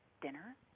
dinner